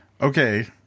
Okay